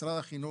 משרד החינוך,